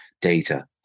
data